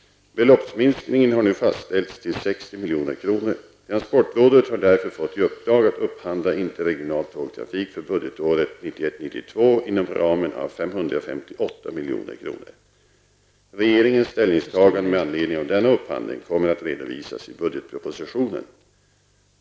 Beloppsminskningen har nu fastställts till 60 milj.kr. Transportrådet har därför fått i uppdrag att upphandla interregional tågtrafik för budgetåret 1991/92 inom ramen av 558 milj.kr. Regeringens ställningstagande med anledning av denna upphandling kommer att redovisas i budgetpropositionen.